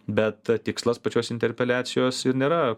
bet tikslas pačios interpeliacijos ir nėra